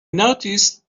noticed